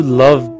love